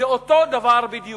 זה אותו דבר בדיוק.